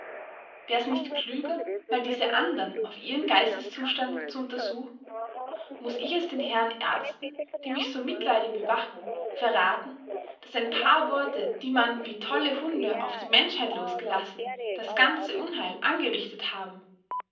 wär's nicht klüger mal diese andern auf ihren geisteszustand zu untersuchen muß ich es den herren ärzten die mich so mitleidig bewachen verraten daß ein paar worte die man wie tolle hunde auf die menschheit losgelassen das ganze unheil angerichtet haben